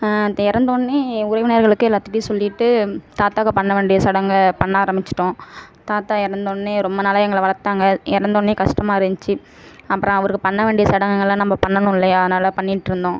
அந்த இறந்தவொன்னே உறவினர்களுக்கு எல்லாத்துட்டையும் சொல்லிட்டு தாத்தாக்கு பண்ண வேண்டிய சடங்கை பண்ண ஆரம்பித்துட்டோம் தாத்தா இறந்தவொன்னே ரொம்ப நாளாக எங்களை வளர்த்தாங்க இறந்தவொன்னே கஷ்டமாக இருந்துச்சு அப்புறம் அவருக்கு பண்ண வேண்டிய சடங்குகளை நம்ப பண்ணனும் இல்லையா அதனால் பண்ணிட்டிருந்தோம்